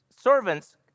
servants